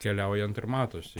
keliaujant ir matosi